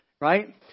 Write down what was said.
right